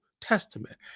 Testament